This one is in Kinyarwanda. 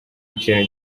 ikintu